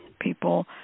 People